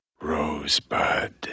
Rosebud